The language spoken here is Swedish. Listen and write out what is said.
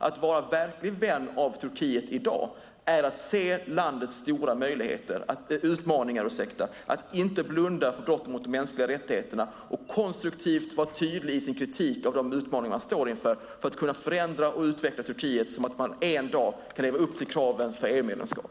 Att vara verklig vän av Turkiet i dag är att se landets stora utmaningar, att inte blunda för brott mot de mänskliga rättigheterna utan vara konstruktiv och tydlig i sin kritik när det gäller de utmaningar Turkiet står inför för att kunna förändra och utveckla landet så att man en dag kan leva upp till kraven för EU-medlemskap.